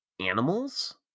animals